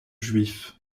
juifs